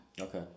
Okay